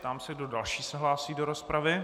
Ptám se, kdo další se hlásí do rozpravy.